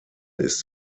ist